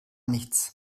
nichts